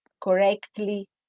correctly